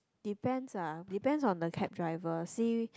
depends ah depends on the cab driver see